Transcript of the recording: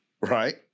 Right